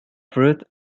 fruit